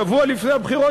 שבוע לפני הבחירות,